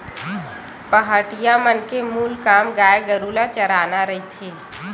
पहाटिया मन के मूल काम गाय गरु ल चराना रहिथे